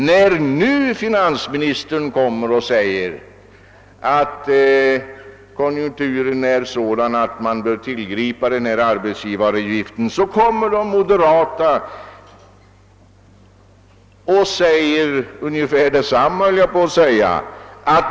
När nu finansministern menar, att konjunkturen är sådan att man bör tillgripa en höjning av arbetsgivaravgiften säger de moderata ungefär detsamma.